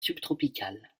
subtropicales